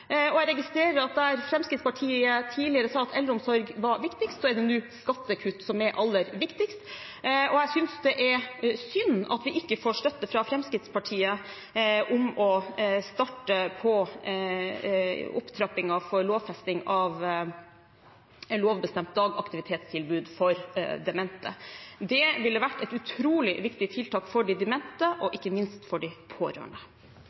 år. Jeg registrerer at der Fremskrittspartiet tidligere sa at eldreomsorg var viktigst, er det nå skattekutt som er aller viktigst. Jeg synes det er synd at vi ikke får støtte fra Fremskrittspartiet til å starte på opptrappingen for lovfesting av dagaktivitetstilbud for demente. Det ville vært et utrolig viktig tiltak for de demente og ikke minst for de pårørende.